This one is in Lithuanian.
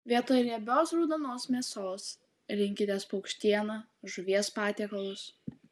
vietoj riebios raudonos mėsos rinkitės paukštieną žuvies patiekalus